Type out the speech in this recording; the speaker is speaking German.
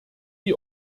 die